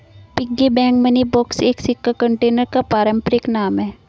piggy bank money box एक सिक्का container का पारंपरिक नाम है